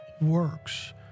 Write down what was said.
works